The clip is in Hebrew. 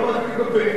שקל לא מספיק בפריפריה.